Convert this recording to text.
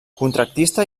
contractista